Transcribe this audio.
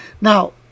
Now